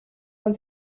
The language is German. man